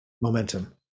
momentum